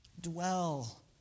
Dwell